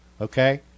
Okay